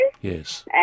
Yes